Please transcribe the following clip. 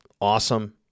awesome